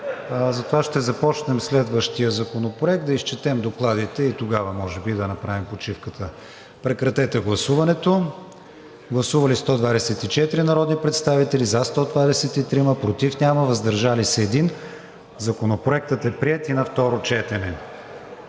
Затова ще започнем следващия законопроект, да изчетем докладите и тогава може би да направим почивката. Гласували 124 народни представители: за 123, против няма, въздържал се 1. Законопроектът е приет и на второ четене.